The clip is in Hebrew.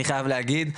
אני חייב להגיד,